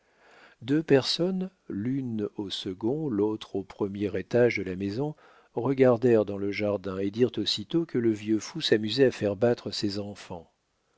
deux personnes l'une au second l'autre au premier étage de la maison regardèrent dans le jardin et dirent aussitôt que le vieux fou s'amusait à faire battre ses enfants